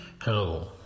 Hello